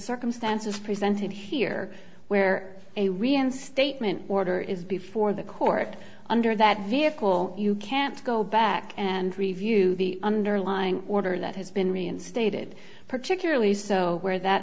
circumstances presented here where a reinstatement order is before the court under that vehicle you can't go back and review the underlying order that has been reinstated particularly so where that